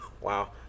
Wow